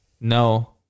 No